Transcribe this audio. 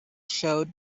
showed